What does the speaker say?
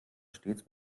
stets